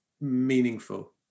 meaningful